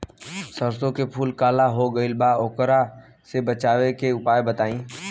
सरसों के फूल काला हो गएल बा वोकरा से बचाव के उपाय बताई?